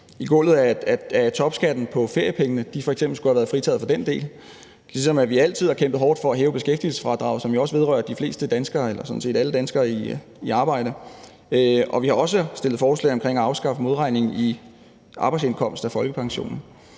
i gulvet af topskatten på feriepengene, f.eks. skulle have været fritaget for den del, ligesom vi altid har kæmpet hårdt for at hæve beskæftigelsesfradraget, som jo også vedrører de fleste danskere eller sådan set alle danskere i arbejde. Vi har også fremsat forslag om at afskaffe modregningen af arbejdsindkomst i folkepensionen.